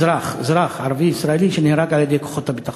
אזרח ערבי ישראלי שנהרג על-ידי כוחות הביטחון.